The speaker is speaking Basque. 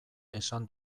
esan